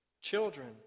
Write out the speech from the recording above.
children